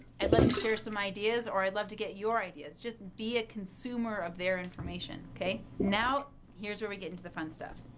i'd love to share some ideas or i'd love to get your ideas, just be a consumer of their information, okay. now here's where we get into the fun stuff.